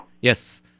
Yes